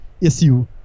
issue